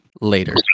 Later